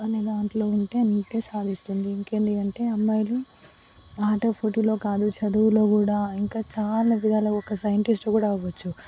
అనే దాంట్లో ఉంటే అన్నిట్లో సాధిస్తుంది ఇంకేంది అంటే అమ్మాయిలు ఆట పోటీల్లో కాదు చదువులో కూడా ఇంకా చాలా విధాలుగా ఒక్క సైంటిస్టు కూడా అవ్వొచ్చు